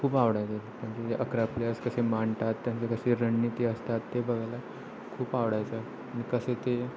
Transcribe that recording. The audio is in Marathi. खूप आवडायचं म्हणजे अकरा प्लेस कसे मांडतात त्यांचे कशी रणनीती असतात ते बघायला खूप आवडायचं आणि कसे ते